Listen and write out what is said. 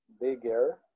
bigger